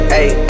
Hey